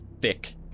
thick